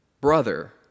Brother